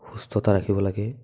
সুস্থতা ৰাখিব লাগে